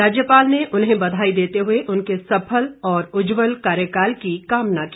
राज्यपाल ने उन्हें बधाई देते हुए उनके सफल और उज्जवल कार्यकाल की कामना की